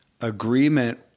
agreement